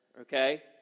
okay